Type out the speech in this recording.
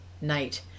night